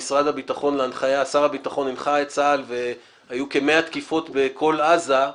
כששר הביטחון הנחה את צה"ל והיו כמאה תקיפות בכל עזה,